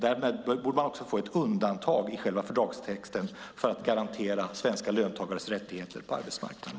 Därmed borde man också få ett undantag i själva fördragstexten för att garantera svenska löntagares rättigheter på arbetsmarknaden.